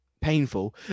painful